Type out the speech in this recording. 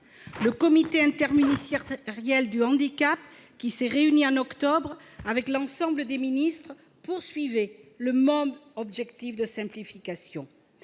Le comité interministériel du handicap, qui s'est réuni en octobre, avec l'ensemble des ministres, poursuivait le même objectif de simplification.